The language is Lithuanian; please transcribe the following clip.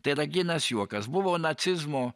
tai yra grynas juokas buvo nacizmo